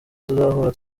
tuzahura